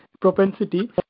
propensity